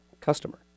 customer